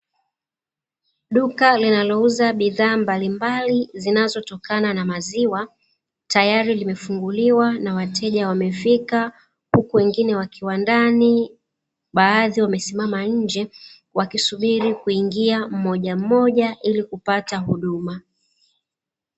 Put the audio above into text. Duka linalouza bidhaa mbalimbali, zinazotokana na maziwa, tayari limefunguliwa na wateja wamefika huku wengine wa kiwandani baadhi wamesimama nje wakisubiri kuingia mmojammoja ili kupata huduma.